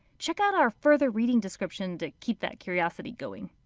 check out our further reading description to keep that curiosity going.